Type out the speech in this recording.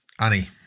Annie